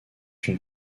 une